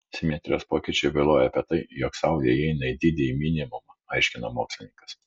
simetrijos pokyčiai byloja apie tai jog saulė įeina į didįjį minimumą aiškina mokslininkas